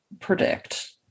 predict